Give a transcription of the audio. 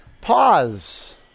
pause